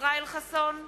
ישראל חסון,